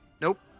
Nope